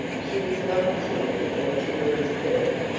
she was not a timid or timorous girl.